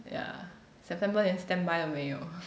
ya september 连 standby 都没有